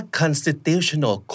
constitutional